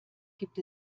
gibt